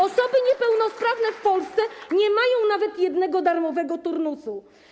Osoby niepełnosprawne w Polsce nie mają nawet jednego darmowego turnusu.